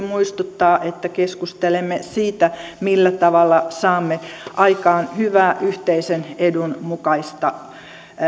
muistuttaa että keskustelemme siitä millä tavalla saamme aikaan hyvää yhteisen edun mukaista